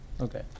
Okay